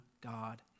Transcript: God